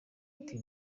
ati